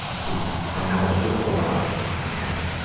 who are knowledgeable about it and